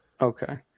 Okay